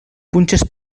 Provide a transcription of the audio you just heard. punxes